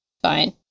Fine